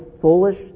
foolish